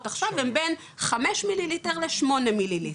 עכשיו הן בין 5 מיליליטר ל-8 מיליליטר,